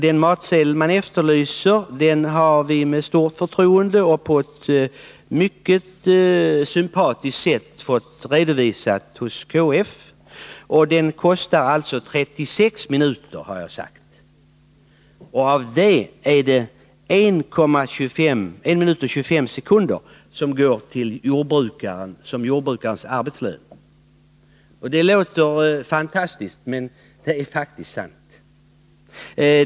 Den matsedel som efterlyses har vi på ett mycket förtroendefullt och sympatiskt sätt fått redovisad hos KF. Att äta enligt den kostar 36 minuter, har jag sagt, och av det går 1 minut och 25 sekunder till jordbrukaren som dennes arbetslön. Det låter fantastiskt, men det är faktiskt sant.